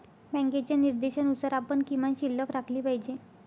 बँकेच्या निर्देशानुसार आपण किमान शिल्लक राखली पाहिजे